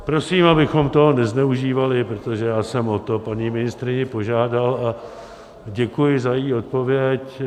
Prosím, abychom toho nezneužívali, protože já jsem o to paní ministryni požádal a děkuji za její odpověď.